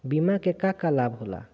बिमा के का का लाभ होला?